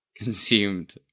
consumed